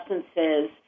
substances